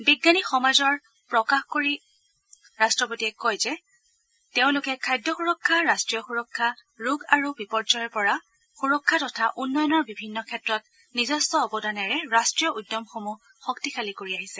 বিজ্ঞানী সমাজৰ প্ৰশংসা কৰি ৰট্টপতিয়ে কয় যে তেওঁলোকে খাদ্য সুৰক্ষা ৰাট্টীয় সুৰক্ষা ৰোগ আৰু বিপৰ্যয়ৰ পৰা সুৰক্ষা তথা উন্নয়নৰ বিভিন্ন ক্ষেত্ৰত নিজস্ব অৱদানেৰে ৰাট্টীয় উদ্যমসমূহ শক্তিশালী কৰি আহিছে